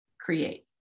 create